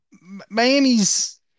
Miami's